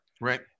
Right